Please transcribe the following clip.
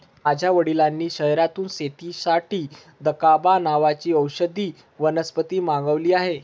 माझ्या वडिलांनी शहरातून शेतीसाठी दकांबा नावाची औषधी वनस्पती मागवली आहे